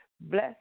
Bless